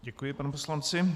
Děkuji panu poslanci.